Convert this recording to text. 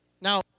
Now